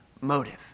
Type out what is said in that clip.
motive